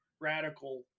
radical